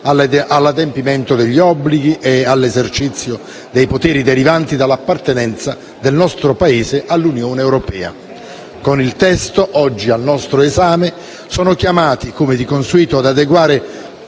all'adempimento degli obblighi e all'esercizio dei poteri derivanti dall'appartenenza del nostro Paese all'Unione europea. Con il testo oggi al nostro esame siamo chiamati, come di consueto, ad adeguare